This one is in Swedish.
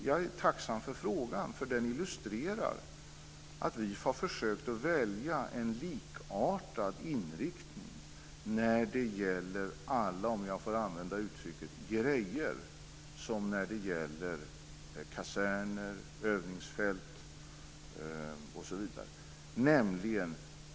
Jag är tacksam för frågan. Den illustrerar att vi har försökt att välja en likartad inriktning när det gäller alla grejer - om jag får använda uttrycket - och när det gäller kaserner, övningsfält osv.